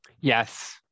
yes